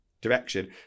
direction